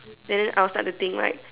and then I'll start to think like